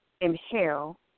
inhale